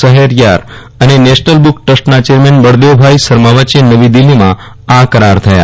શહરયાર અને national book ટ્રસ્ટના chairman Baldevbhai Sharma વચ્ચે નવી દીલ્હીમાં આ કરાર થયા